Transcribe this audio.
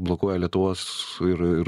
blokuoja lietuvos ir ir